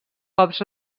cops